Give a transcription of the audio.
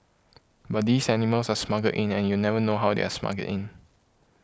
but these animals are smuggled in and you never know how they're smuggled in